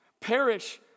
perish